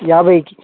యాభైకి